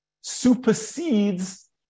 supersedes